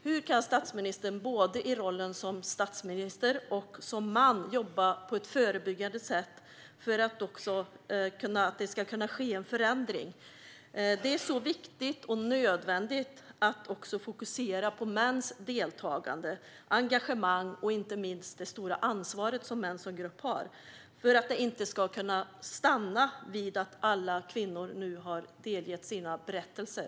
Hur kan statsministern både i rollen som statsminister och som man jobba på ett förebyggande sätt för att det ska kunna ske en förändring? Det är så viktigt och nödvändigt att fokusera på mäns deltagande och engagemang och inte minst på det stora ansvar som män som grupp har, för att det inte ska kunna stanna vid att alla kvinnor nu har delgett sina berättelser.